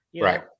right